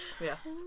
Yes